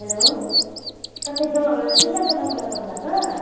hello तपाईँ त्यो जुत्ता दोकानबाट बोल्नु भएको